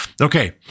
Okay